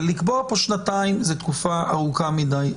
ולקבוע פה שנתיים זו תקופה ארוכה מידי.